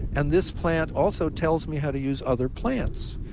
and this plant also tells me how to use other plants.